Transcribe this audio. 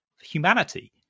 humanity